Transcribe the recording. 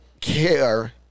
care